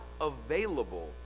available